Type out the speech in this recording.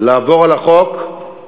לעבור על החוק,